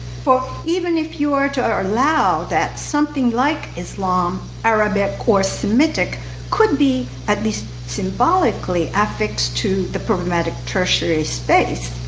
for even if you are to allow that something like islam, arabic, or semitic could be at least symbolically affixed to the problematic tertiary space,